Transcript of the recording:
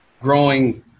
growing